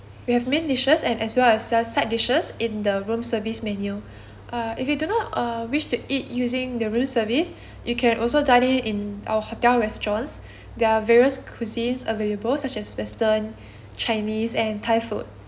we have main dishes and as well as just side dishes in the room service menu uh if you do not uh wish to eat using the room service you can also dine in in our hotel restaurants there are various cuisines available such as western chinese and thai food